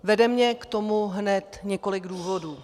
Vede mě k tomu hned několik důvodů.